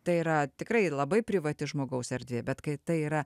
tai yra tikrai labai privati žmogaus erdvė bet kai tai yra